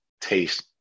taste